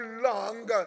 long